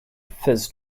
fizz